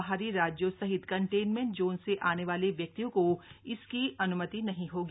बाहरी राज्यों सहित कन्टेन्मेंट जोन से आने वाले व्यक्तियों को इसकी अन्मति नहीं होगी